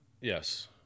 Yes